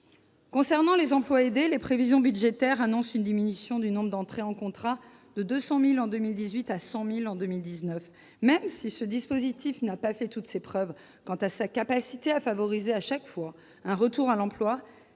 Concernant les emplois aidés, les prévisions budgétaires annoncent une diminution du nombre d'entrées en contrat de 200 000 en 2018 à 100 000 en 2019. Ce dispositif n'a, certes, pas fait la preuve de sa capacité à favoriser à chaque fois un retour à l'emploi,